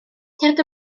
tyrd